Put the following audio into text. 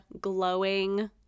glowing